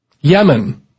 Yemen